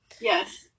Yes